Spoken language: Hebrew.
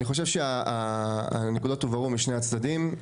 אני חושב שהנקודות הובהרו משני הצדדים.